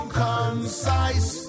concise